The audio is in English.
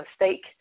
mistake